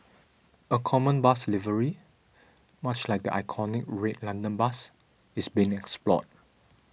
a common bus livery much like the iconic red London bus is being explored